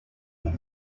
room